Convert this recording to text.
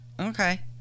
Okay